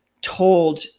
told